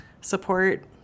support